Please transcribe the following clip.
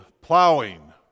plowing